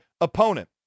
opponent